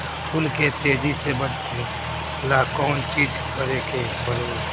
फूल के तेजी से बढ़े ला कौन चिज करे के परेला?